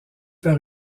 par